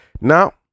Now